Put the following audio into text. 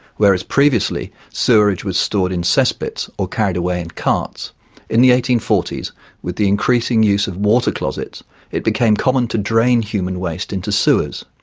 whereas previously sewerage was stored in cesspits or carried away in carts in the eighteen forty s with the increasing use of water closets it became common to drain human waste into sewers.